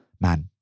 man